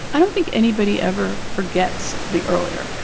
i don't think anybody ever forgets the earlier.